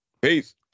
Peace